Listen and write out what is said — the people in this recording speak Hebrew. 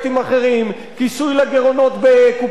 כיסוי לגירעונות בקופת האוצר,